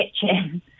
kitchen